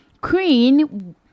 Queen